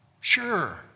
Sure